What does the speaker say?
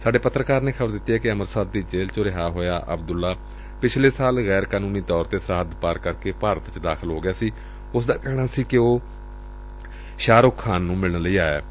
ਸਾਡੇ ਪੱਤਰਕਾਰ ਨੇ ਖ਼ਬਰ ਦਿੱਤੀ ਏ ਕਿ ਅੰਮ੍ਰਿਤਸਰ ਦੀ ਜੇਲ੍ਹ ਚੋ ਰਿਹਾਅ ਹੋਇਆ ਅਬਦੁੱਲਾ ਪਿਛਲੇ ਸਾਲ ਗੈਰ ਕਾਨੂੰਨੀ ਤੌਰ ਤੇ ਸਰਹੱਦ ਪਾਰ ਕਰਕੇ ਭਾਰਤ ਚ ਦਾਖਲ ਹੋ ਗਿਆ ਸੀ ਅਤੇ ਉਸ ਦਾ ਕਹਿਣਾ ਸੀ ਕਿ ਉਹ ਸ਼ਾਹ ਰੁਖ ਨੂੰ ਮਿਲਣ ਆਇਆ ਸੀ